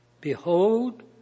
Behold